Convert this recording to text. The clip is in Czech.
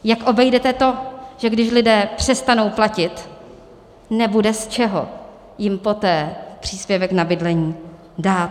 Jak obejdete to, že když lidé přestanou platit, nebude z čeho jim poté příspěvek na bydlení dát?